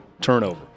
turnover